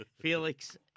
Felix